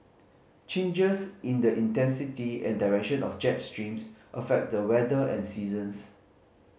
changes in the intensity and direction of jet streams affect the weather and seasons